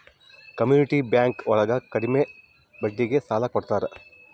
community bank ಒಳಗ ಕಡ್ಮೆ ಬಡ್ಡಿಗೆ ಸಾಲ ಕೊಡ್ತಾರೆ